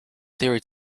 theory